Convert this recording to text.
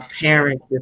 parents